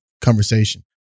conversation